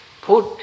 put